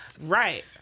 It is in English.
right